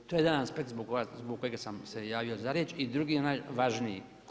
To je jedan aspekt zbog kojeg sam se javio za riječ i drugi onaj važniji.